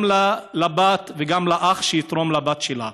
גם לבת וגם לאח שיתרום לבת שלה.